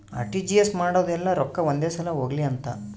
RTGS ಮಾಡೋದು ಯೆಲ್ಲ ರೊಕ್ಕ ಒಂದೆ ಸಲ ಹೊಗ್ಲಿ ಅಂತ